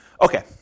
Okay